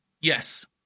yes